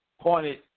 pointed